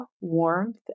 warmth